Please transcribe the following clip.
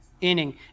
inning